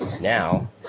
now